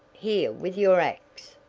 here with your ax!